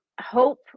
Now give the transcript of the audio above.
hope